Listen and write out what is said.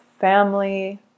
family